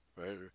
Right